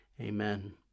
amen